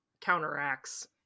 counteracts